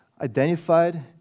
identified